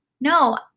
No